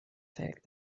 fact